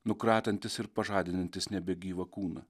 nukratantis ir pažadinantis nebegyvą kūną